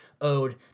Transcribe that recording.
owed